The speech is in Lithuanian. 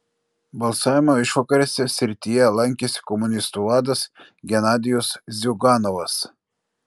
balsavimo išvakarėse srityje lankėsi komunistų vadas genadijus ziuganovas